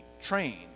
trained